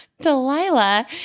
Delilah